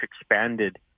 expanded